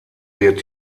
wird